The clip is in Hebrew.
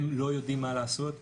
הם לא יודעים מה לעשות,